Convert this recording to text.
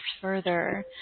further